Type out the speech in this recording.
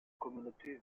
communautés